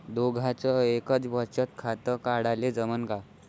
दोघाच एकच बचत खातं काढाले जमनं का?